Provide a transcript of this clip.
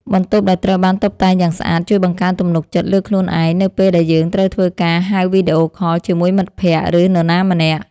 បន្ទប់ដែលត្រូវបានតុបតែងយ៉ាងស្អាត ជួយបង្កើនទំនុកចិត្តលើខ្លួនឯងនៅពេលដែលយើងត្រូវធ្វើការហៅវីដេអូខលជាមួយមិត្តភក្តិ ឬនរណាម្នាក់។